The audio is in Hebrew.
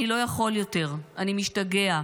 אני לא יכול יותר, אני משתגע.